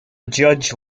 judge